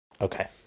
Okay